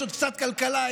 יש עוד קצת כלכלה,